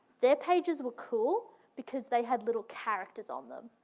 their pages were cool because they had little characters on them.